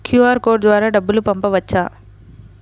QR code ద్వారా డబ్బులు పంపవచ్చా?